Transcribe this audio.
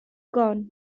gone